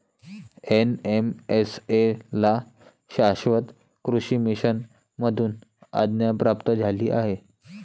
NMSA ला शाश्वत कृषी मिशन मधून आज्ञा प्राप्त झाली आहे